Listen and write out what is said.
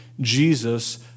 Jesus